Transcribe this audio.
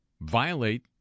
violate